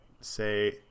say